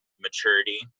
maturity